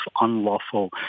unlawful